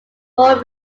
more